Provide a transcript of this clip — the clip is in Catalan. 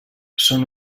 són